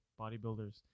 bodybuilders